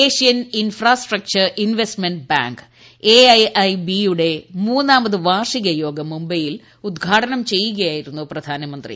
Asian infrastructure investment bank A I I ബിയുടെ മൂന്നാമത് വാർഷിക ഉദ്ഘാടനം യോഗം മുംബൈയിൽ ചെയ്യുകയായിരുന്നു പ്രധാനമന്ത്രി